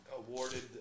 Awarded